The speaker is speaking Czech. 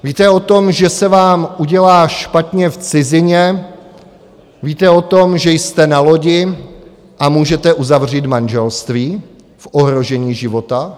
Víte o tom, že se vám udělá špatně v cizině, víte o tom, že jste na lodi a můžete uzavřít manželství v ohrožení života?